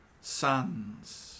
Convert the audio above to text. sons